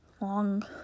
Long